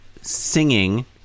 singing